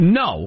no